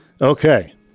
Okay